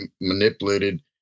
manipulated